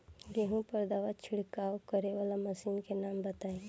गेहूँ पर दवा छिड़काव करेवाला मशीनों के नाम बताई?